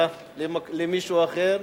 למישהו אחר,